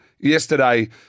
Yesterday